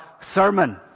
sermon